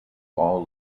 all